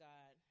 God